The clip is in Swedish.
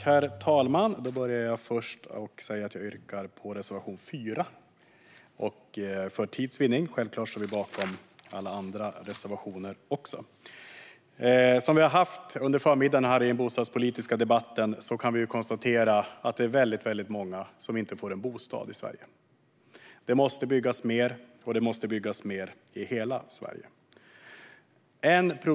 Herr talman! Jag börjar med att för tids vinnande yrka bifall till reservation 4. Självklart står vi också bakom alla våra andra reservationer. Efter den bostadspolitiska debatten som vi har haft här under förmiddagen kan vi konstatera att det är väldigt många i Sverige som inte får en bostad. Det måste byggas mer, och det måste byggas mer i hela Sverige.